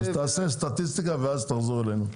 אז תעשה סטטיסטיקה ואז תחזור אלינו.